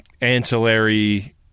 ancillary